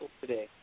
today